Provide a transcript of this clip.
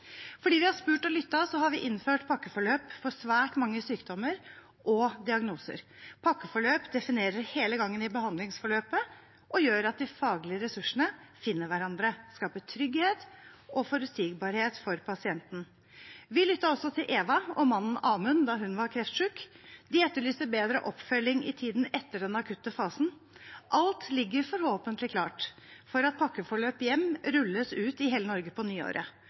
Fordi vi har spurt og lyttet, har vi innført pakkeforløp for svært mange sykdommer og diagnoser. Pakkeforløp definerer hele gangen i behandlingsforløpet og gjør at de faglige ressursene finner hverandre, skaper trygghet og forutsigbarhet for pasienten. Vi lyttet også til Eva og mannen Amund da hun var kreftsyk. De etterlyser bedre oppfølging i tiden etter den akutte fasen. Alt ligger forhåpentligvis klart for at «pakkeforløp hjem» rulles ut i hele Norge på nyåret.